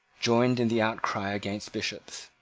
joined in the outcry against bishops.